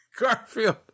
Garfield